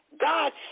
God